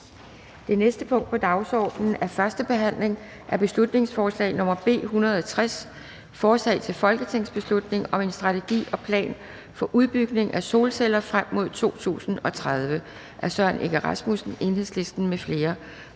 Det næste punkt på dagsordenen er: 2) 1. behandling af beslutningsforslag nr. B 160: Forslag til folketingsbeslutning om en strategi og plan for udbygning af solceller frem mod 2030. Af Søren Egge Rasmussen (EL) m.fl.